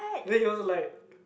then he was like